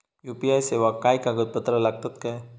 UPI सेवाक काय कागदपत्र लागतत काय?